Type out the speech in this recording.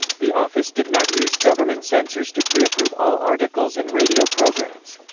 the office did not use government censors to preapprove all articles and radio programs.